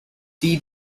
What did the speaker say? dee